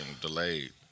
delayed